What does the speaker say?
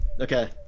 Okay